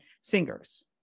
singers